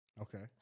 Okay